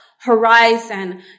horizon